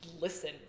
Listen